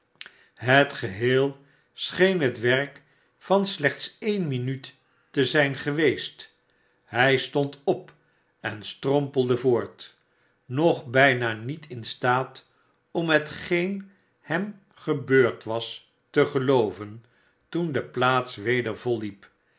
het geheel scheen het werk van slechts dene minuut te zijn ge weest hij stond op en strompelde voort nog bijna niet in staat om hetgeen hem gebeurd was te gelooven toen de plaats weder volliep